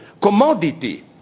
commodity